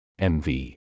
MV